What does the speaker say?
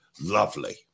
Lovely